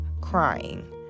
crying